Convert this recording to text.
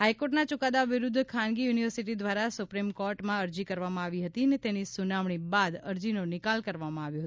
હાઇકોર્ટના ચૂકાદા વિરૂદ્ધ ખાનગી યુનિવર્સિટી દ્વારા સુપ્રિમ કોર્ટમાં અરજી કરવામાં આવી હતી અને તેની સુનાવણી બાદ અરજીનો નિકાલ કરવામાં આવ્યો હતો